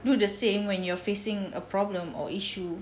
do the same when you're facing a problem or issue